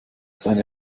seine